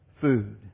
food